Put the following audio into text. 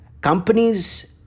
companies